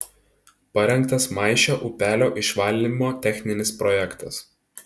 parengtas maišio upelio išvalymo techninis projektas